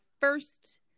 first